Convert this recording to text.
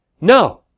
No